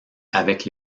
avec